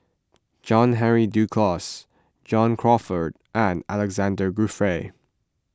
John Henry Duclos John Crawfurd and Alexander Guthrie